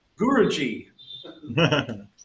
Guruji